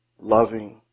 loving